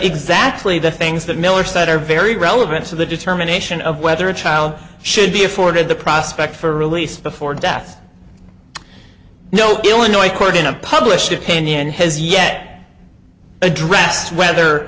exactly the things that miller said are very relevant to the determination of whether a child should be afforded the prospect for release before death no illinois court in a published opinion has yet addressed whether